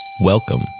Welcome